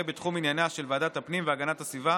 יהיה בתחום ענייניה של ועדת הפנים והגנת הסביבה,